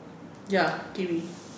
ya kiwi